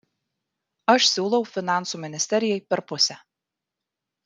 aš siūlau finansų ministerijai per pusę